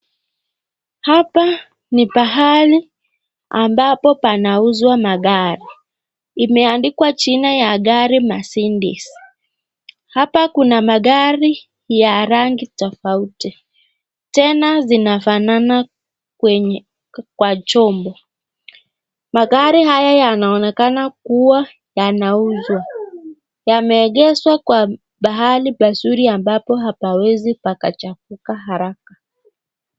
Hapa ni pahali ambapo panauzwa magari imeandikwa jina ya gari ya Mercedes. Hapa kuna magari ya rangi tofauti tena zinafanana kwa chombo magari haya yanaonekana kuwa yanauzwa yameegeshwa kwa pahali pazuri ambapo hapawezi pakachafuka haraka.